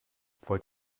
wollt